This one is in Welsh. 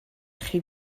chi